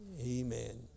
Amen